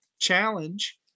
challenge